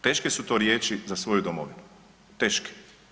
Teške su to riječi za svoju domovinu, teške.